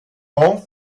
all